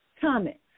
comments